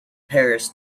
paris